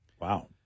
Wow